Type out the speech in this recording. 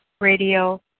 radio